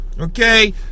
okay